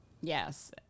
Yes